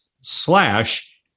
slash